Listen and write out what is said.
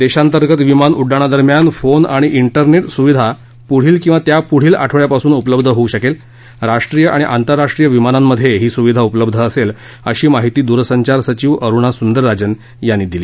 देशांतर्गत विमान उड्डाणादरम्यान फोन आणि डेरनेट सुविधा पुढील किंवा त्यापुढील आठवड्यापासून उपलब्ध होऊ शकेल राष्ट्रीय आणि आंतरराष्ट्रीय विमानांमध्ये ही सुविधा उपलब्ध असेल अशी माहिती द्रसंचार सचिव अरुणा सुंदरराजन यांनी दिली